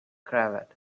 cravat